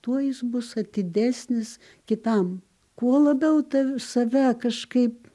tuo jis bus atidesnis kitam kuo labiau tu save kažkaip